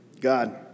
God